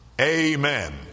Amen